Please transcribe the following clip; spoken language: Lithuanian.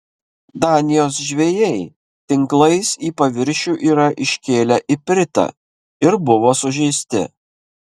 danijos žvejai tinklais į paviršių yra iškėlę ipritą ir buvo sužeisti